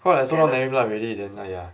cause like so long never meet up already then !aiya!